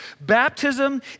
Baptism